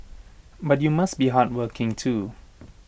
but you must be hardworking too